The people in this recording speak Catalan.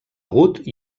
agut